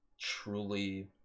truly